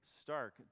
stark